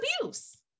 abuse